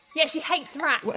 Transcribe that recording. yeah she hates rats.